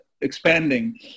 expanding